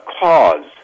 cause